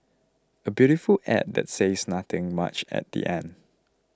a beautiful ad that says nothing much at the end